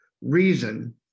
reason